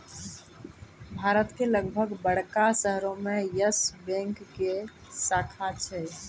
भारत के लगभग बड़का शहरो मे यस बैंक के शाखा छै